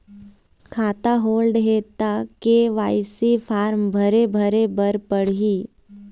खाता होल्ड हे ता के.वाई.सी फार्म भरे भरे बर पड़ही?